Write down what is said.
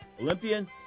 Olympian